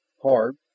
hard